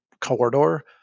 corridor